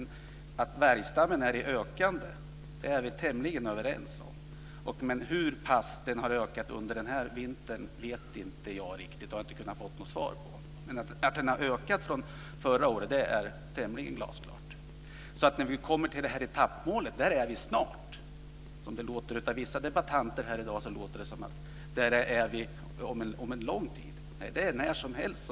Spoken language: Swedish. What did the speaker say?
Vi är tämligen överens om att vargstammen är i ökande, men jag vet inte hur mycket den har ökat under den är vintern. Jag har inte kunnat få något svar på det, men det är tämligen glasklart att den har ökat från förra året. Vi är snart framme vid det här etappmålet. Det låter på vissa debattörer här i dag som om det skulle ta lång tid, men vi kommer att vara där när som helst.